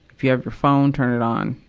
if you have your phone, turn it on,